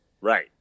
Right